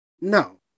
No